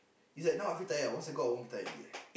is like now I feel tired once I go out I won't be tired already